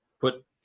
put